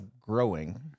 growing